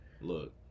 Look